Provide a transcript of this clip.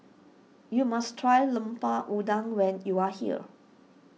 you must try Lemper Udang when you are here